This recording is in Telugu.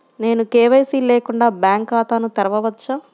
నేను కే.వై.సి లేకుండా బ్యాంక్ ఖాతాను తెరవవచ్చా?